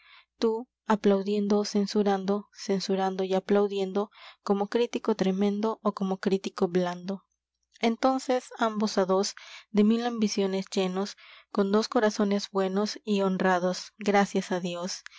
tú aplaudiendo ó censurando censurando y como aplaudiendo crítico tremendo crítico blando ó como entonces ambos á dos de mil ambiciones con llenos buenos dos corazones y honrados gracias á dios